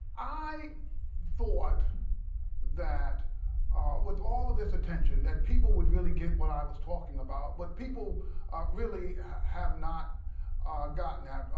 i thought that with all of this attention, that people would really get what i was talking about. but people really have not gotten that.